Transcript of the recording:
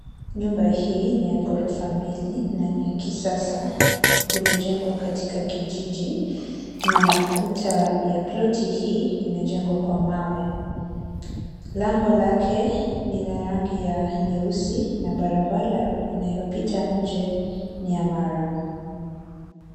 Nyumba hii ni ya ghorofa mbili na ni ya kisasa. Limejengwa katika kijiji na kuta ya ploti hii imejengwa kwa mawe. Lango lake ni la rangi ya nyeusi na barabara inayopita nje ni ya murram .